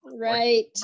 right